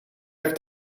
heeft